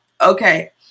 okay